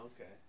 okay